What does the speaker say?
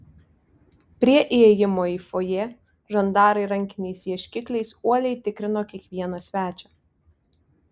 prie įėjimo į fojė žandarai rankiniais ieškikliais uoliai tikrino kiekvieną svečią